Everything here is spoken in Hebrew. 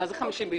מה זה היה 5 ביוני.